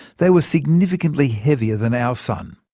they were significantly heavier than our sun.